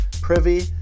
Privy